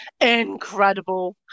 incredible